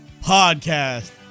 podcast